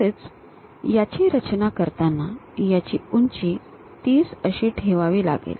तसेच याची रचना करताना याची उंची 30 अशी ठेवावी लागेल